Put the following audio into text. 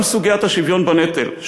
גם סוגיית השוויון בנטל,